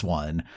one